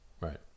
right